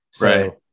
Right